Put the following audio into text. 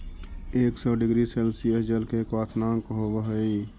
एक सौ degree Celsius जल के क्वथनांक होवऽ हई